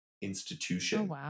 Institution